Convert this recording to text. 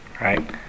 right